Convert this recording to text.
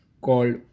called